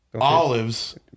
olives